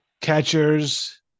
catchers